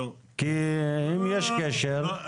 כי אם יש קשר,